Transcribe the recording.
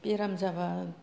बेराम जाबा